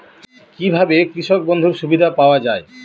কি ভাবে কৃষক বন্ধুর সুবিধা পাওয়া য়ায়?